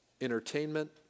entertainment